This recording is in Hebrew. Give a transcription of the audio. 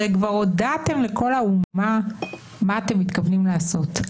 הרי כבר הודעתם לכל האומה מה אתם מתכוונים לעשות.